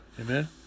Amen